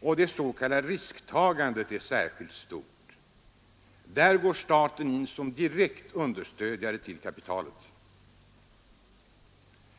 och det s.k. risktagandet särskilt stort. Där går staten in som direkt understödjare av kapitalet.